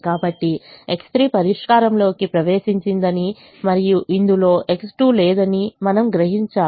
కాబట్టి X3 పరిష్కారంలో కి ప్రవేశించిందని మరియు ఇందులో X2 లేదని మీరు చూస్తారు